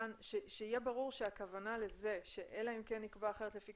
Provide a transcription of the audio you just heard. שיהיה ברור שהכוונה לזה ש"אלא אם כן נקבע אחרת לפי